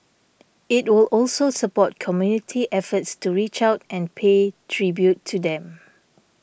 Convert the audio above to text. it will also support community efforts to reach out and pay tribute to them